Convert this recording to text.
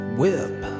whip